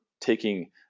taking